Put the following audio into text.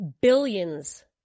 billions